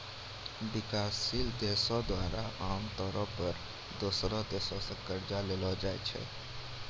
विकासशील देशो द्वारा आमतौरो पे दोसरो देशो से कर्जा लेलो जाय छै